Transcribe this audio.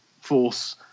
Force